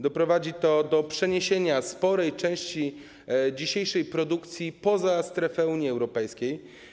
Doprowadzi to do przeniesienia sporej części dzisiejszej produkcji poza strefę Unii Europejskiej.